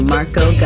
Marco